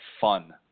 fun